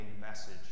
message